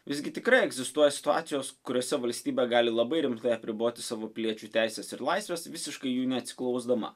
visgi tikrai egzistuoja situacijos kuriose valstybė gali labai rimtai apriboti savo piliečių teises ir laisves visiškai jų neatsiklausdama